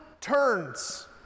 turns